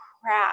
crap